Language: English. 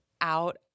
out